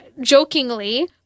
jokingly